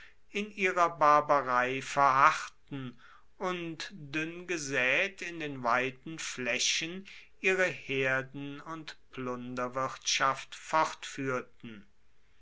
in ihrer barbarei verharrten und duenngesaet in den weiten flaechen ihre herden und plunderwirtschaft